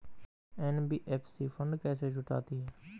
NBFC fund कैसे जुटाती है?